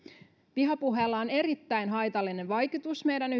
vihapuheella on erittäin haitallinen vaikutus meidän